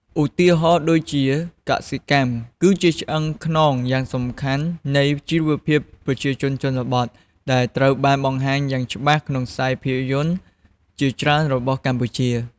ឧទាហរណ៍ដូចជា កសិកម្ម គឺជាឆ្អឹងខ្នងយ៉ាងសំខាន់នៃជីវភាពប្រជាជនជនបទ ដែលត្រូវបានបង្ហាញយ៉ាងច្បាស់ក្នុងខ្សែភាពយន្តជាច្រើនរបស់កម្ពុជា។